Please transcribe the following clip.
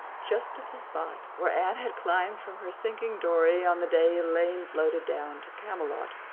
just at the spot where anne had climbed from her sinking dory on the day elaine floated down to camelot.